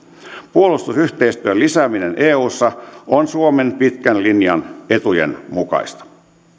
puolustusyhteistyön lisääminen eussa on suomen pitkän linjan etujen mukaista